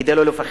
כדי שלא תפחד,